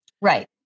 Right